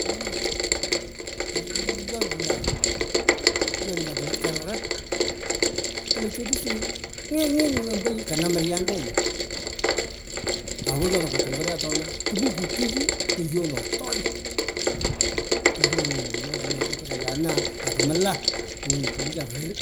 Kung'chi kiyooon kiyai, kiya kinyon kiyai kulit kurat, kulo chepsi. ngèng ng'eny ombo yii капам muryantenyi, awe nyona kutungurea. atona. Kumi, kukiy kuyonotoi kuyon nyu kiya kiya mpaka ya naa akumla kungwir nyu kokiyai kuruu